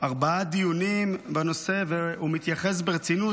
ארבעה דיונים בנושא, והוא מתייחס ברצינות.